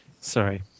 Sorry